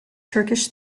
turkish